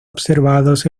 observados